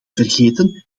vergeten